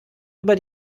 über